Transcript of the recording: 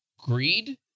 greed